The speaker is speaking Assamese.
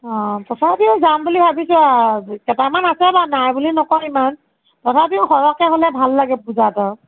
অঁ তথাপিও যাম বুলি ভাবিছোঁ আও কেইটামান আছে বাও নাই বুলি নকওঁ ইমান তথাপিও সৰহকৈ হ'লে ভাল লাগে পূজাত আৰু